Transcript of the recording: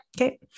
okay